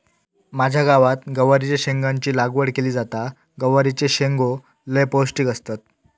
माझ्या गावात गवारीच्या शेंगाची लागवड केली जाता, गवारीचे शेंगो लय पौष्टिक असतत